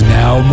now